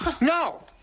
No